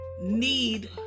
need